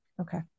Okay